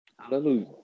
Hallelujah